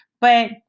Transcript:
But-